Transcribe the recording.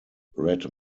red